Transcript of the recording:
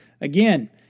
Again